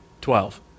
Twelve